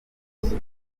nizzo